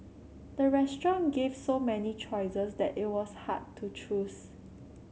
the restaurant gave so many choices that it was hard to choose